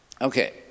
okay